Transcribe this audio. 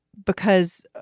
because